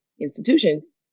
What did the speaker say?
institutions